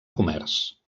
comerç